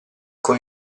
con